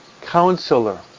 counselor